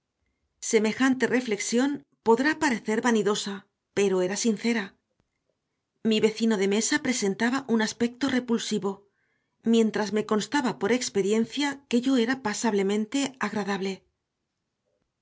semejante reflexión podrá parecer vanidosa pero era sincera mi vecino de mesa presentaba un aspecto repulsivo mientras que me constaba por experiencia que yo era pasablemente agradable